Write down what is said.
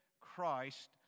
Christ